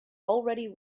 already